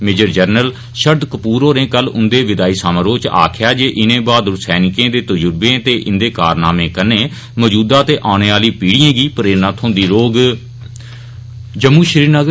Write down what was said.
measure general Sharad Kapoor होरें कल उंदे विदाई समारोह च आक्खेआ जे इनें बहादुर सैनिकें ते तजुर्वें ते इंदे कारनामें कन्नै मौजूद ते औने आहलिएं पीढ़िएं गी प्रेरणा थ्होंदी रौह्ग